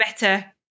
better